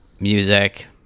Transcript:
Music